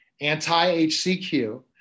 anti-HCQ